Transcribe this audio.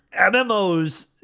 MMOs